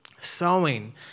sewing